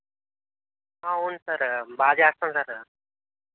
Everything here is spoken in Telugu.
అవును సార్ బాగా చేస్తాం సార్